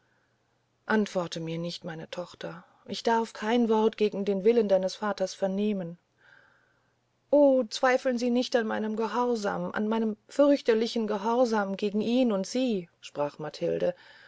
antworte mir nicht meine tochter ich darf kein wort gegen den willen deines vaters vernehmen o zweifeln sie nicht an meinem gehorsam an meinem fürchterlichen gehorsam gegen ihn und sie sprach matilde